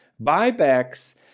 buybacks